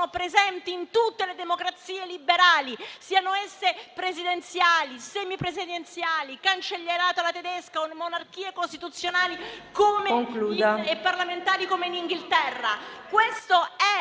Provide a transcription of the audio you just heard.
presenti in tutte le democrazie liberali, siano esse presidenziali, semipresidenziali, cancellierato alla tedesca o monarchie costituzionali e parlamentari come in Inghilterra.